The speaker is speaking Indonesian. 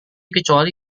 kecuali